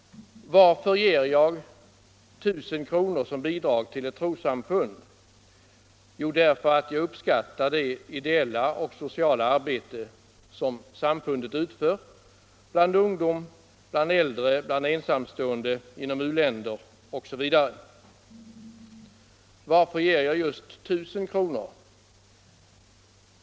Varför ger jag 1000 kr. som bidrag till ett trossamfund? Jo, därför att jag uppskattar det ideella och sociala arbete som samfundet utför bland ungdom, äldre, ensamstående, inom u-länder osv. Varför ger jag just 1000 kr.?